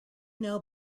know